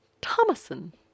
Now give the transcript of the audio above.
Thomason